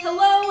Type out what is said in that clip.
Hello